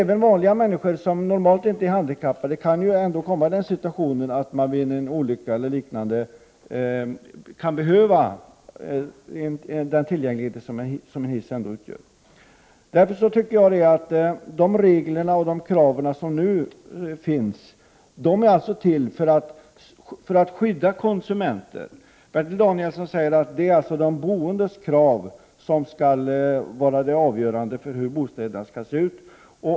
Även människor som inte är handikappade kan komma i den situationen efter en olycka eller liknande där de behöver den tillgänglighet som en hiss ändå ger. De regler som nu finns är till för att skydda konsumenter. Bertil Danielsson säger att det är de boendes krav som skall vara avgörande för hur bostäderna skall se ut.